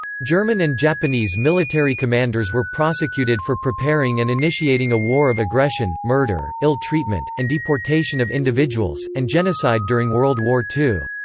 german and japanese military commanders were prosecuted for preparing and initiating a war of aggression, murder, ill treatment, and deportation of individuals, and genocide during world war ii.